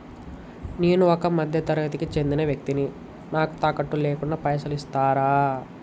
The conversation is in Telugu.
నేను ఒక మధ్య తరగతి కి చెందిన వ్యక్తిని నాకు తాకట్టు లేకుండా పైసలు ఇస్తరా?